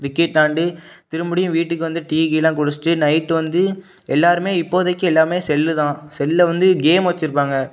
cricket விளாண்டு திரும்படியும் வீட்டுக்கு வந்து டீ கீலாம் குடிச்சுட்டு நைட்டு வந்து எல்லோருமே இப்போதைக்கு எல்லாம் செல்லு தான் செல்லை வந்து கேம் வச்சுருப்பாங்க